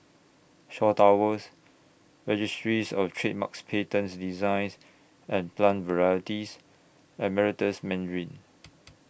Shaw Towers Registries of Trademarks Patents Designs and Plant Varieties and Meritus Mandarin